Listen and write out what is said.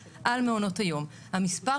על אף שעדיין חסר מידע,